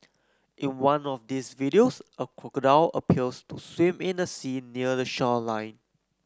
in one of these videos a crocodile appears to swim in the sea near the shoreline